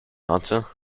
answer